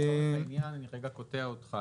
לצורך העניין אני רגע קוטע אותך